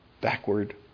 backward